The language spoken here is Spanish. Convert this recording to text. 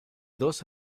dos